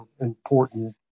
important